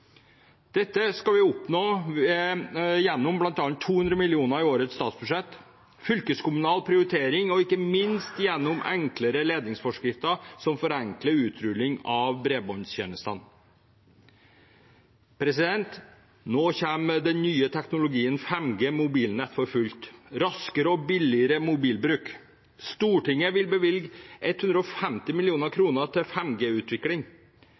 Dette skal vi oppnå gjennom bl.a. 200 mill. kr i årets statsbudsjett, fylkeskommunal prioritering og ikke minst enklere ledningsforskrifter, som forenkler utrulling av bredbåndstjenestene. Nå kommer den nye teknologien 5G-mobilnett for fullt, med raskere og billigere mobilbruk. Stortinget vil bevilge 150 mill. kr til